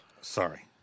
Sorry